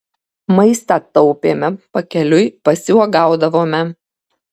maistą taupėme pakeliui pasiuogaudavome